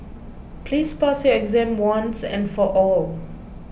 please pass your exam once and for all